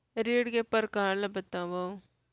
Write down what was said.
ऋण के परकार ल बतावव?